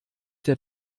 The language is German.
der